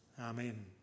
Amen